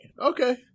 Okay